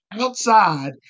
outside